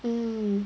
mm